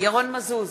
ירון מזוז,